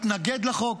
התנגד לחוק,